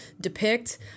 depict